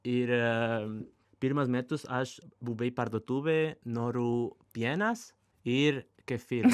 ir pirmus metus aš buvai parduotuvė noriu pienas ir kefyras